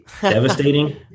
devastating